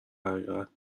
حقیقت